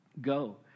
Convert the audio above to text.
Go